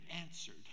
answered